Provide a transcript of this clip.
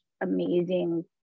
amazing